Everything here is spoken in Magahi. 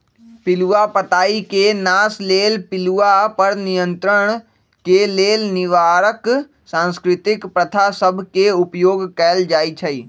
पिलूआ पताई के नाश लेल पिलुआ पर नियंत्रण के लेल निवारक सांस्कृतिक प्रथा सभ के उपयोग कएल जाइ छइ